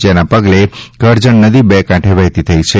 તેના પગલે કરજણ નદી બે કાંઠે વહેતી થઈ છે